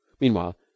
Meanwhile